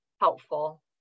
helpful